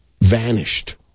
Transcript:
vanished